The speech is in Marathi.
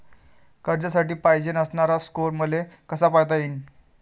कर्जासाठी पायजेन असणारा स्कोर मले कसा पायता येईन?